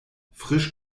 frisch